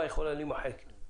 חברה שלמה יכולה להימחק.